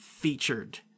featured